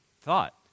thought